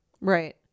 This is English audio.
right